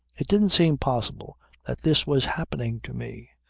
it didn't seem possible that this was happening to me.